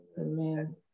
amen